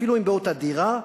אפילו אם באותה דירה,